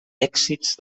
èxits